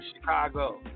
Chicago